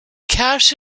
cash